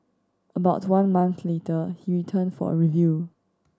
about one month later he returned for a review